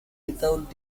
without